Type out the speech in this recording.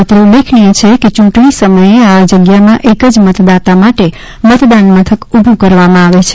અત્રે ઉલ્લેખનીય છે કે ચૂંટણી સમયે આ જગ્યામાં એક જ મતદાતા માટે મતદાન મથક ઊભું કરવામાં આવે છે